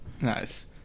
Nice